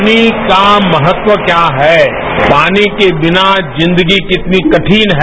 पानी का महत्व क्या है पानी के बिना जिंदगी कितनी कठिन है